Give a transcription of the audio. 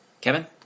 Kevin